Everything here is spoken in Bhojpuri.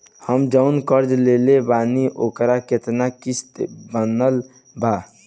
हम जऊन कर्जा लेले बानी ओकर केतना किश्त बनल बा?